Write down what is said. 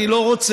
אני לא רוצח.